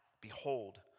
...behold